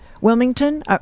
Wilmington